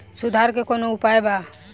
सुधार के कौनोउपाय वा?